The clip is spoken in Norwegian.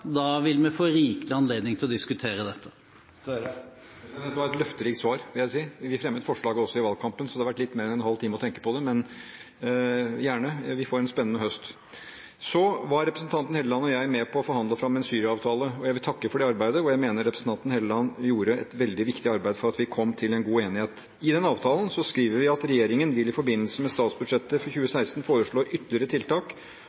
Da vil vi få rikelig anledning til å diskutere dette. Dette vil jeg si var et løfterikt svar. Vi fremmet forslaget også i valgkampen, så man har hatt litt mer enn en halv time til å tenke på det – men gjerne. Vi får en spennende høst. Representanten Helleland og jeg var med på å forhandle fram en Syria-avtale, og jeg vil takke for det arbeidet, hvor jeg mener representanten Helleland gjorde et veldig viktig arbeid for at vi skulle komme til en god enighet. I den avtalen skriver vi: «Regjeringen vil i forbindelse med statsbudsjettet for 2016 foreslå ytterligere tiltak